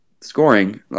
scoring